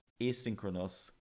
asynchronous